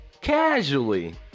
casually